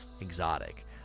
exotic